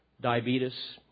diabetes